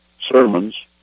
sermons